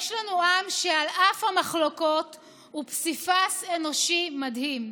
יש לנו עם שעל אף המחלוקות הוא פסיפס אנושי מדהים.